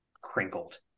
crinkled